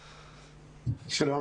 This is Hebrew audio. שלום.